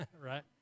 right